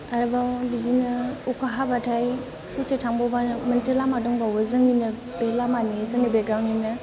आरोबाव बिदिनो अखा हाब्लाथाय ससे थांबावब्लानो मोनसे लामा दंबावो जोंनिनो बे लामानि जोंनि बेकग्रावन्डनिनो